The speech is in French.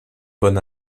bonne